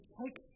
take